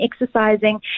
exercising